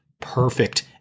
perfect